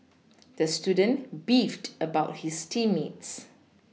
the student beefed about his team mates